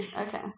okay